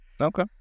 Okay